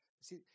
See